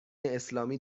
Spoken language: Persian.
اسلامی